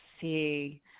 see